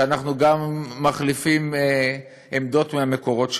שאנחנו גם מחליפים עמדות מהמקורות שלנו.